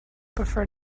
prefer